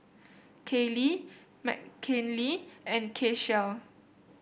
Kaylie Mckinley and Keshia